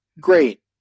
Great